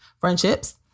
friendships